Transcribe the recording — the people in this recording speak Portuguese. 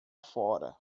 fora